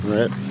Right